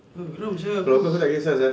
geram sia aku